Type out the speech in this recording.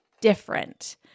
different